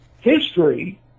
history